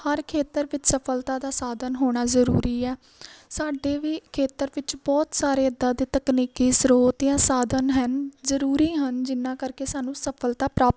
ਹਰ ਖੇਤਰ ਵਿੱਚ ਸਫਲਤਾ ਦਾ ਸਾਧਨ ਹੋਣਾ ਜ਼ਰੂਰੀ ਆ ਸਾਡੇ ਵੀ ਖੇਤਰ ਵਿੱਚ ਬਹੁਤ ਸਾਰੇ ਇੱਦਾਂ ਦੇ ਤਕਨੀਕੀ ਸਰੋਤ ਜਾਂ ਸਾਧਨ ਹਨ ਜ਼ਰੂਰੀ ਹਨ ਜਿੰਨ੍ਹਾਂ ਕਰਕੇ ਸਾਨੂੰ ਸਫਲਤਾ ਪ੍ਰਾਪਤ